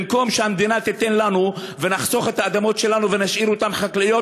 במקום שהמדינה תיתן לנו ונחסוך את האדמות שלנו ונשאיר אותן חקלאיות,